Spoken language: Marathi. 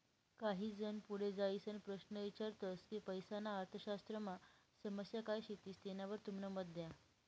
काही जन पुढे जाईसन प्रश्न ईचारतस की पैसाना अर्थशास्त्रमा समस्या काय शेतीस तेनावर तुमनं मत द्या